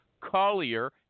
Collier